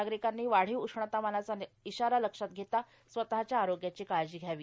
नागरिकांनी वाढीव उष्णतामानाचा इशारा लक्षात घेता स्वतःच्या आरोग्याची काळजी घ्यावी